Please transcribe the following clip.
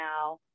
now